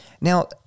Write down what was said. Now